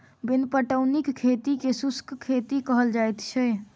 बिन पटौनीक खेती के शुष्क खेती कहल जाइत छै